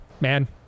man